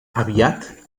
aviat